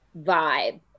vibe